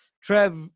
Trev